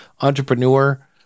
entrepreneur